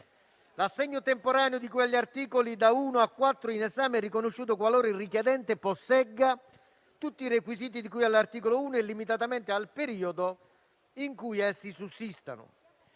L'assegno temporaneo, di cui agli articoli da 1 a 4, è riconosciuto qualora il richiedente possegga tutti i requisiti di cui all'articolo 1 e limitatamente al periodo in cui essi sussistano.